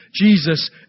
Jesus